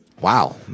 Wow